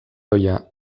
ohia